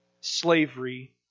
slavery